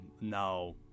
now